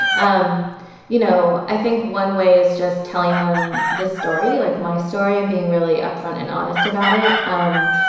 um you know, i think one way is just telling them the story like, my story and being really upfront and honest about it. um